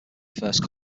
first